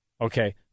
Okay